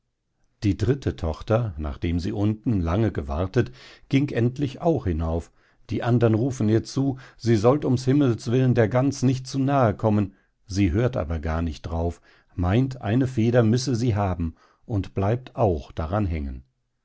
die dritte tochter nachdem sie unten lange gewartet ging endlich auch hinauf die andern rufen ihr zu sie sollt ums himmels willen der gans nicht nahe kommen sie hört aber gar nicht drauf meint eine feder müsse sie haben und bleibt auch daran hängen